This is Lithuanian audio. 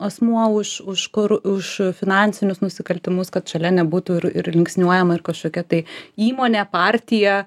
asmuo už už kur už finansinius nusikaltimus kad šalia nebūtų ir ir linksniuojama ir kažkokia tai įmonė partija